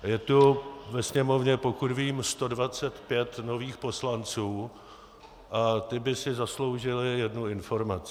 Je tu ve Sněmovně, pokud vím, 125 nových poslanců a ti by si zasloužili jednu informaci.